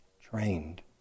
trained